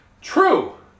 True